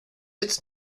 its